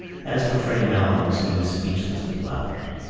as for freddy malins he was speechless with laughter.